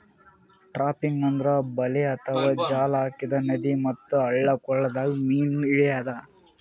trapping ಅಂದ್ರ ಬಲೆ ಅಥವಾ ಜಾಲ್ ಹಾಕಿ ನದಿ ಮತ್ತ್ ಹಳ್ಳ ಕೊಳ್ಳದಾಗ್ ಮೀನ್ ಹಿಡ್ಯದ್